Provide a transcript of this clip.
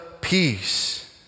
peace